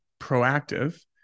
proactive